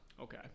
Okay